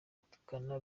gutukana